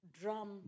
drum